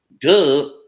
Duh